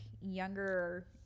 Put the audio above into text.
younger